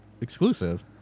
exclusive